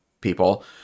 people